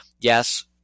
yes